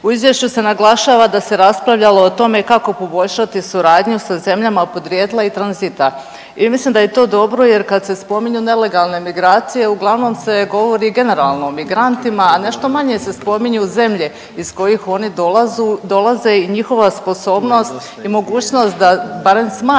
u Izvješću se naglašava da se raspravljalo o tome kako poboljšati suradnju sa zemljama podrijetla i tranzita i mislim da je to dobro jer kad se spominju nelegalne migracije, uglavnom se govori generalno o migrantima, a nešto manje se spominju zemlje iz kojih oni dolazu, dolaze i njihova sposobnost i mogućnost da barem smanji